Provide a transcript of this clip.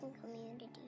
Community